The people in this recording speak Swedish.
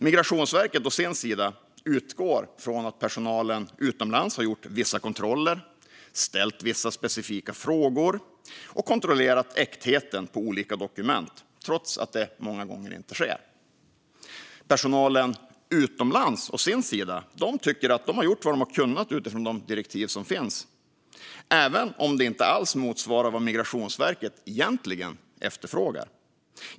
Migrationsverket å sin sida utgår från att personalen utomlands har gjort vissa kontroller, ställt vissa specifika frågor och kontrollerat äktheten på olika dokument, trots att det många gånger inte sker. Personalen utomlands å sin sida tycker att de har gjort vad de har kunnat utifrån de direktiv som finns, även om det inte alls motsvarar vad Migrationsverket egentligen efterfrågar.